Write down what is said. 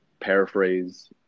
Paraphrase